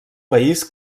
país